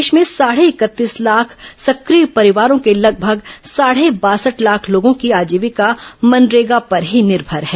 प्रदेश में साढ़े इकतीस लाख सक्रिय परिवारों के लगभग साढ़े बासठ लाख लोगों की आजीविका मनरेगा पर ही निर्मर है